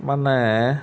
ମାନେ